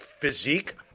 physique